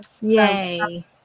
Yay